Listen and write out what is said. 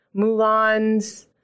Mulans